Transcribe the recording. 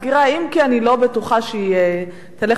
אם כי אני לא בטוחה שהיא תלך למצב כזה.